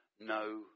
no